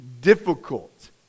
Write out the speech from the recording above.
difficult